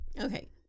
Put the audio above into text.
okay